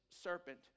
serpent